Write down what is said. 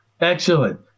Excellent